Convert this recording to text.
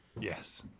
Yes